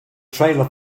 trailer